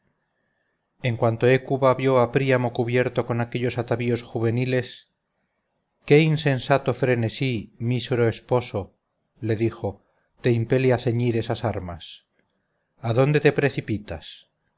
en cuanto hécuba vio a príamo cubierto con aquellos atavíos juveniles qué insensato frenesí mísero esposo le dijo te impele a ceñir esas armas adónde te precipitas